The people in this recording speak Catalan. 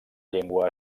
llengua